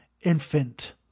infant